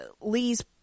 Lee's